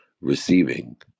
receiving